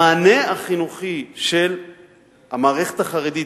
המענה החינוכי של המערכת החרדית,